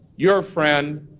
your friend,